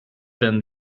been